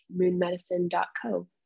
MoonMedicine.co